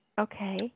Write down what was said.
Okay